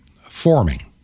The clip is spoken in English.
Forming